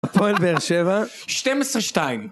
הפועל באר שבע. שתים עשרה שתיים.